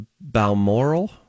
Balmoral